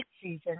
season